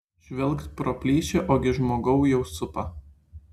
žvilgt pro plyšį ogi žmogau jau supa